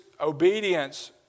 obedience